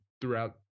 throughout